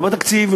לא בתקציב,